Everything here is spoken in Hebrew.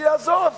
שיעזוב.